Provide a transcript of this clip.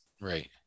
right